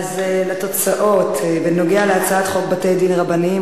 ההצעה להעביר את הצעת חוק בתי-דין רבניים